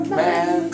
man